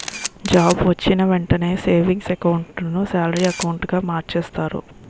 job వొచ్చిన వెంటనే savings account ను సాలరీ అకౌంటుగా మార్చేస్తారు